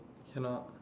cannot